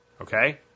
Okay